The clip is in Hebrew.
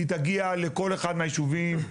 היא תגיע לכל אחד מהיישובים,